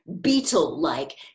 beetle-like